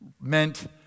meant